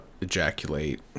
ejaculate